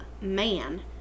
man